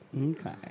Okay